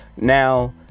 Now